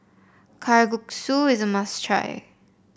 kalguksu is a must try